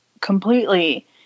completely